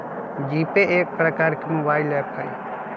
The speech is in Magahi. जीपे एक प्रकार के मोबाइल ऐप हइ